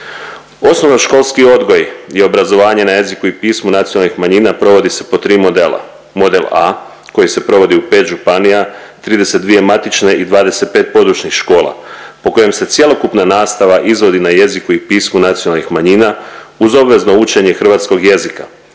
Osnovnoškolski odgoj i obrazovanje na jeziku i pismu nacionalnih manjina provodi se po tri modela, model A koji se provodi u 5 županija, 32 matične i 25 područnih škola, po kojem se cjelokupna nastava izvodi na jeziku i pismu nacionalnih manjina uz obvezno učenje hrvatskog jezika,